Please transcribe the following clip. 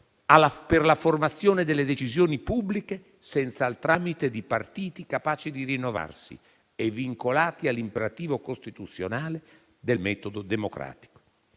per la formazione delle decisioni pubbliche senza il tramite di partiti capaci di rinnovarsi e vincolati all'imperativo costituzionale del metodo democratico.